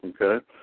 okay